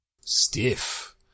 Stiff